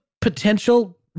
potential